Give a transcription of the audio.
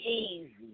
easy